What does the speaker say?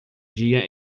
dia